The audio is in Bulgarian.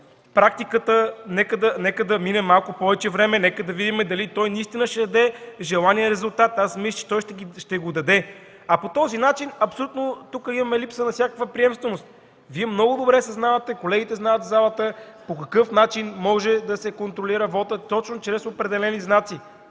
практиката, нека да мине малко повече време, нека да видим дали той наистина ще даде желания резултат. Аз мисля, че той ще го даде. По този начин имаме тук липса на всякаква приемственост. Вие много добре съзнавате, колегите в залата знаят, по какъв начин може да се контролира вота точно чрез определени знаци.